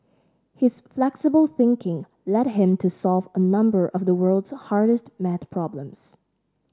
his flexible thinking led him to solve a number of the world's hardest maths problems